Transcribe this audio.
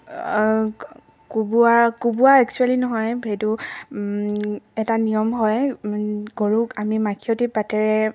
কোবোৱা কোবোৱা একচুৱেলী নহয় সেইটো এটা নিয়ম হয় গৰুক আমি মাখিয়তী পাতেৰে